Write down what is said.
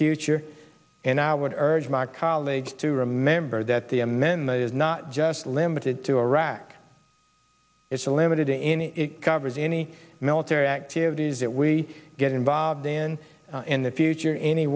future and i would urge my colleagues to remember that the amendment is not just limited to iraq it's a limited in it covers any military activities that we get involved in in the future